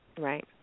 Right